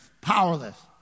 powerless